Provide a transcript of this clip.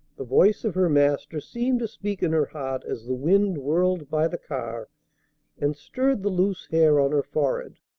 the voice of her master seemed to speak in her heart as the wind whirled by the car and stirred the loose hair on her forehead.